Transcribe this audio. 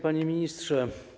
Panie Ministrze!